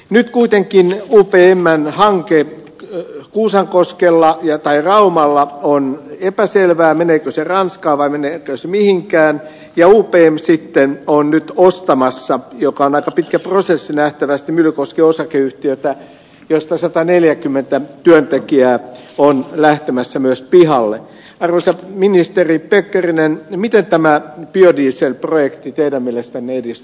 nyt kuitenkin pehmeä hanki ja kuusankoskella ja tai raumalla on epäselvää meneekö se ranska voi menettää mihinkään joukkojen sitten on nyt nostamassa joka on aika pitkä prosessi nähtävästi myllykoski osakeyhtiötä josta sataneljäkymmentä työntekijää on lähtemässä myös pihalle arvoisat ministeri pekkarinen miten tämä biodieselprojekti teidän mielestännedis